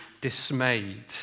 dismayed